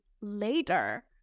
later